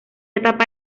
etapa